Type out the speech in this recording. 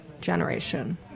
generation